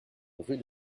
rue